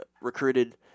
recruited –